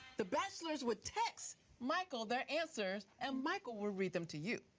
the bachelors will text michael their answers, and michael will read them to you.